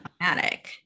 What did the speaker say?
automatic